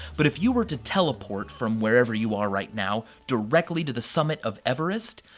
but if you were to teleport from wherever you are right now directly to the summit of everest,